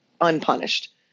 unpunished